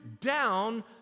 down